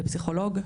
לפסיכולוג,